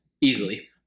Easily